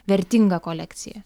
vertinga kolekcija